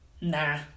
nah